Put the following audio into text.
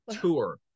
tour